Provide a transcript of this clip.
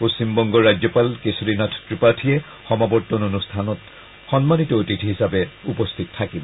পশ্চিমবংগৰ ৰাজ্যপাল কেশৰী নাথ ত্ৰিপাঠীয়ে সমাবৰ্তন অনুষ্ঠানত সন্মানিত অতিথি হিচাপে উপস্থিত থাকিব